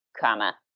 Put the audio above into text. comma